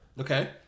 okay